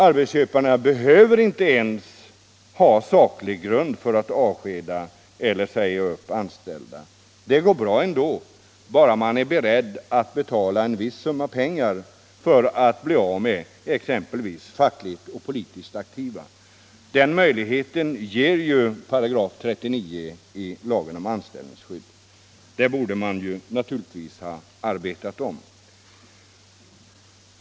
Arbetsköparna behöver inte ens ha saklig grund för att avskeda eller säga upp anställda. Det går bra ändå, bara man är beredd att betala en viss summa pengar för att bli av med exempelvis fackligt och politiskt aktiva. Den möjligheten ger ju 39 § i lagen om anställningsskydd. Deua borde man naturligtvis ha arbetat om.